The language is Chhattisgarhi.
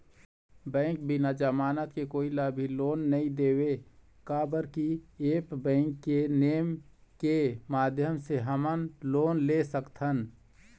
बैंक बिना जमानत के कोई ला भी लोन नहीं देवे का बर की ऐप बैंक के नेम के माध्यम से हमन लोन ले सकथन?